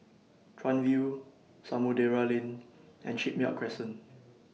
Chuan View Samudera Lane and Shipyard Crescent